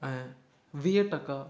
ऐं वीह टका